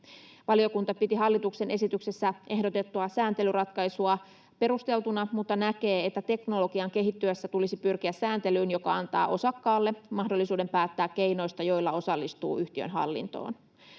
Valiokunta piti hallituksen esityksessä ehdotettua sääntelyratkaisua perusteltuna mutta näkee, että teknologian kehittyessä tulisi pyrkiä sääntelyyn, joka antaa osakkaalle mahdollisuuden päättää keinoista, joilla osallistuu yhtiön hallintoon.